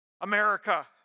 America